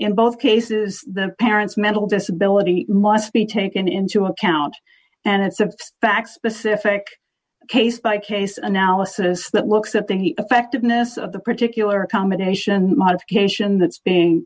in both cases the parents mental disability must be taken into account and it's a back specific case by case analysis that looks at the effectiveness of the particular accommodation modification that's being